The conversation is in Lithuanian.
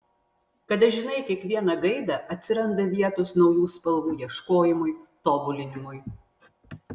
kada žinai kiekvieną gaidą atsiranda vietos naujų spalvų ieškojimui tobulinimui